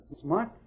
Smart